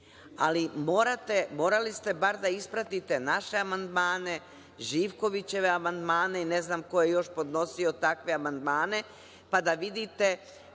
ali morali ste bar da ispratite naše amandmane, Živkovićeve amandmane i ne znam koje još podnosio takve amandmane, pa da vidite